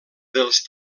dels